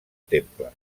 temple